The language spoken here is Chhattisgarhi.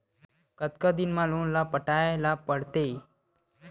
कतका दिन मा लोन ला पटाय ला पढ़ते?